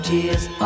Tears